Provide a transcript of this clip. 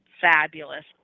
fabulous